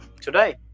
today